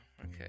okay